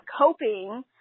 coping